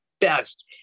best